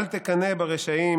אל תקנא ברשעים,